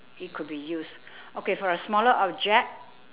it could be used okay for a smaller object